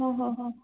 हो हो हो